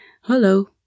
hello